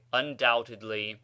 undoubtedly